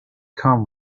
come